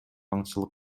аңчылык